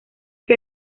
que